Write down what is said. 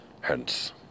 Hence